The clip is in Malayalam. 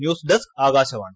news desk Akashvani